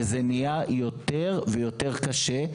וזה נהיה יותר ויותר קשה,